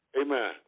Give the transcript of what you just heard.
Amen